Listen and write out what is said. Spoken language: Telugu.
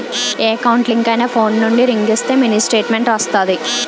ఏ ఎకౌంట్ లింక్ అయినా ఫోన్ నుండి రింగ్ ఇస్తే మినీ స్టేట్మెంట్ వస్తాది